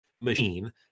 machine